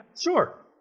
Sure